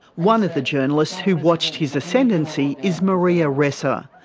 one of the journalists who watched his ascendancy is maria ressa,